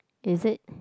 is it